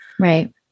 Right